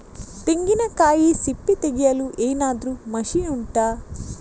ತೆಂಗಿನಕಾಯಿ ಸಿಪ್ಪೆ ತೆಗೆಯಲು ಏನಾದ್ರೂ ಮಷೀನ್ ಉಂಟಾ